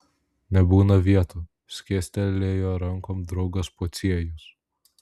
nebūna vietų skėstelėjo rankom draugas pociejus